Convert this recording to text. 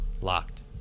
locked